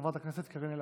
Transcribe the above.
חברת הכנסת קארין אלהרר.